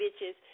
bitches